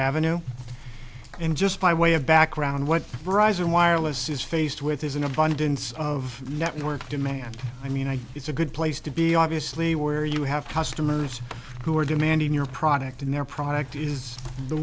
avenue and just by way of background what verizon wireless is faced with is an abundance of network demand i mean i it's a good place to be obviously where you have customers who are demanding your product in their product is the